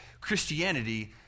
Christianity